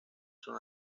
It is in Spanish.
son